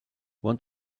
want